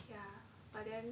ya but then